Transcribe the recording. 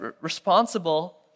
responsible